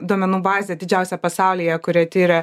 duomenų bazė didžiausia pasaulyje kuri tiria